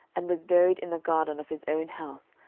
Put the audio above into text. and was buried in the garden of his own house,